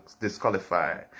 disqualified